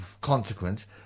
consequence